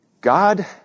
God